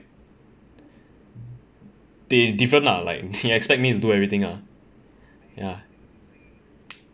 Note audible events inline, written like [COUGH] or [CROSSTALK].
they different lah like [LAUGHS] he expect me to do everything lah ya